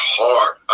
hard